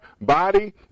body